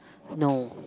no